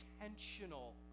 intentional